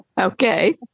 Okay